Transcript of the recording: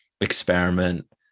experiment